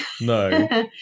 no